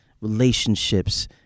relationships